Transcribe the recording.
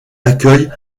accueille